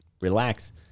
relax